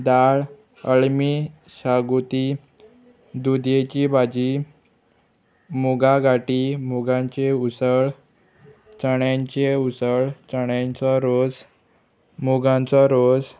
दाळ अळमी शागुती दुदयेची भाजी मुगा गाटी मुगांचें उसळ चण्यांचें उसळ चण्यांचो रोस मुगांचो रोस